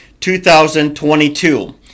2022